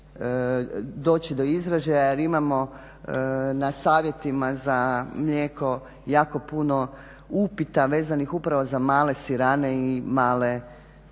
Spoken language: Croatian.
doći do izražaja. Jer imamo na Savjetima za mlijeko jako puno upita vezanih upravo za male sirane i male